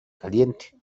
caliente